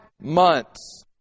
months